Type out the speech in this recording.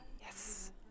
Yes